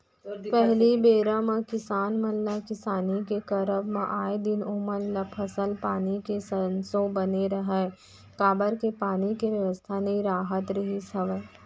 पहिली बेरा म किसान मन ल किसानी के करब म आए दिन ओमन ल फसल पानी के संसो बने रहय काबर के पानी के बेवस्था नइ राहत रिहिस हवय